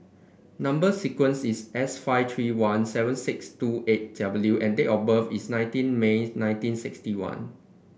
number sequence is S five three one seven six two eight W and date of birth is nineteen May nineteen sixty one